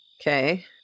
Okay